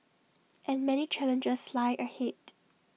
and many challenges lie ahead